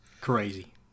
crazy